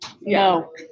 No